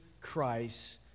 Christ